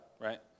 right